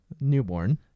newborn